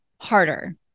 harder